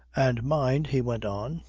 and mind, he went on,